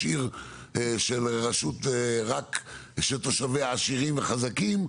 עיר של רשות שתושבי רק עשירים וחזקים.